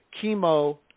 chemo